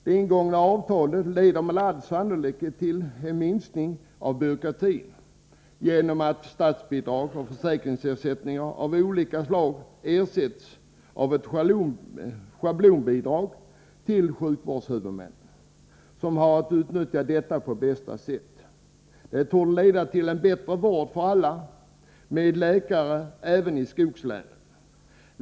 Det ingångna avtalet leder med all sannolikhet till en minskning av byråkratin genom att statsbidrag och försäkringsersättningar av olika slag avlöses av ett schablonbidrag till sjukvårdshuvudmännen, som har att utnyttja detta på bästa sätt. Det torde leda till en bättre vård för alla, med läkare även i skogslänen.